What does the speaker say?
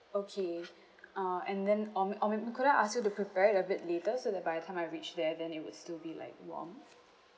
okay uh and then or may~ or maybe could I ask you to prepare it a bit later so that by the time I reach there then it would still be like warm